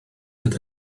mynd